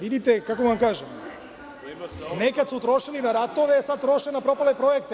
Vidite, kako da vam kažem, nekad su trošili na ratove, a sad troše na propale projekte.